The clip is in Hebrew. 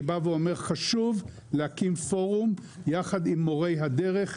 אני בא ואומר חשוב להקים פורום יחד עם מורי הדרך.